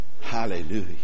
Hallelujah